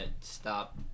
stop